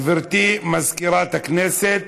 גברתי מזכירת הכנסת,